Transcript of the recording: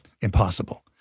impossible